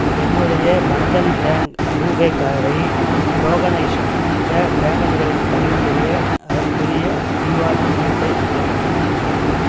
என்னுடைய Bandhan bank RuPay கார்டை tokenised பேமெண்ட்டுகளுக்கு பதிவுச்செய்ய அதற்குரிய க்யூஆர் குறியீட்டை ஸ்கேன் செய்யவும்